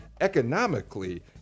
economically